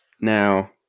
Now